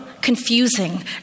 confusing